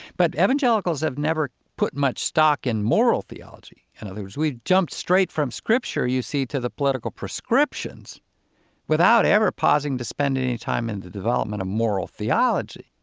but evangelicals have never put much stock in moral theology. in and other words, we jump straight from scripture, you see, to the political prescriptions without ever pausing to spend any time in the development of moral theology.